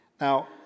Now